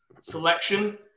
selection